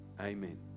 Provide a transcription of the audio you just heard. amen